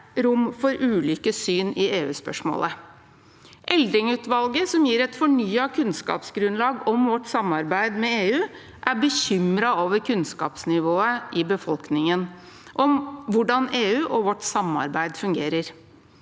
rom for ulike syn i EUspørsmålet. Eldring-utvalget, som gir et fornyet kunnskapsgrunnlag om vårt samarbeid med EU, er bekymret over kunnskapsnivået i befolkningen, om hvordan EU og vårt samarbeid fungerer.